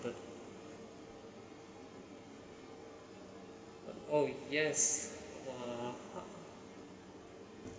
but oh yes !wah!